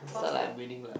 is not like I'm winning lah